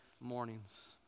mornings